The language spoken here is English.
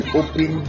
open